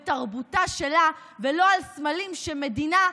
ועל תרבותה שלה ולא על סמלים של מדינה,